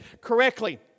correctly